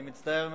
אני מצטער מאוד,